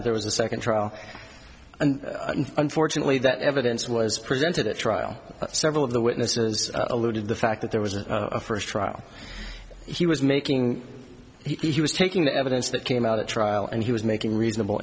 that there was a second trial and unfortunately that evidence was presented at trial several of the witnesses alluded the fact that there was a first trial he was making he was taking the evidence that came out at trial and he was making reasonable